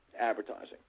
advertising